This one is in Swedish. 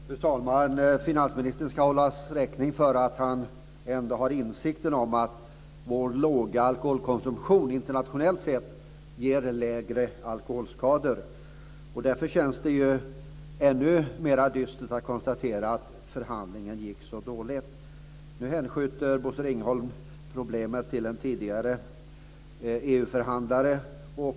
Fru talman! Finansministern ska hållas räkning för att han ändå har insikten om att vår låga alkoholkonsumtion internationellt sett ger mindre alkoholskador. Därför känns det ännu mer dystert att konstatera att förhandlingen gick så dåligt. Nu hänskjuter Bosse Ringholm problemet till en tidigare EU-förhandlare.